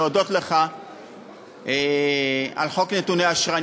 להודות לך על חוק נתוני אשראי.